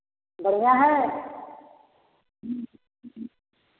बढ़िया है